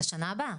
לשנה הבאה.